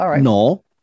no